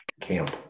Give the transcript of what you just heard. camp